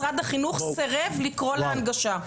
משרד החינוך סירב לקרוא לה הנגשה.